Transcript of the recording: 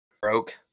Broke